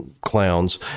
clowns